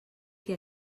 que